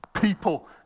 People